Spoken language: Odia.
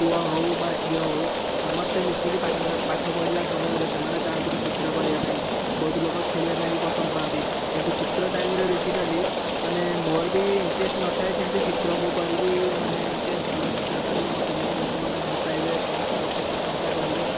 ପୁଅ ହେଉ ବା ଝିଅ ହେଉ ସମସ୍ତେ ମିଶିକି ପାଠ ପାଠ ପଢ଼ିବା ସମୟରେ ସେମାନେ ଚାହାନ୍ତି କି ଚିତ୍ର କରିବା ପାଇଁ ବହୁତ ଲୋକ ଖେଳିବା ପାଇଁ ମଧ୍ୟ ପସନ୍ଦ ପାଆନ୍ତି କିନ୍ତୁ ଚିତ୍ର ଟାଇମ୍ରେ ବେସିକାଲି ମାନେ ମୋର ବି ଇଣ୍ଟ୍ରେଷ୍ଟ୍ ନଥାଏ କି ସେମିତି ଚିତ୍ର ମୁଁ କରିବି ମାନେ ଯେ ଭଲ ଚିତ୍ର କରିବି ମୋତେ ଯେମତି ଲୋକମାନେ ଭଲ ପାଇବେ ସମସ୍ତେ ମୋତେ ପ୍ରଶଂସା କରିବେ